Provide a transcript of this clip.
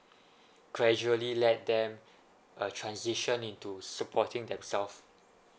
gradually let them uh transition into supporting themselves